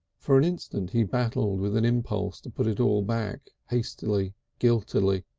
for an instant he battled with an impulse to put it all back, hastily, guiltily,